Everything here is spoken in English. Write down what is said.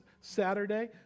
Saturday